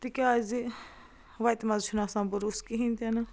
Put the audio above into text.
تِکیٛازِ وَتہِ منٛز چھُنہٕ آسان بروسہٕ کِہیٖنۍ تہِ نہٕ